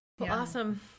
Awesome